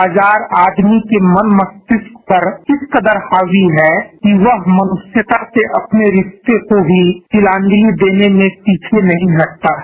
बाजार आदमी क मन मस्तिष्क पर इस तरह हावी है कि वह मनुष्यता से अपने रिश्ते को ही तिलांजलि देने में पीछे नहीं हट पा रहा है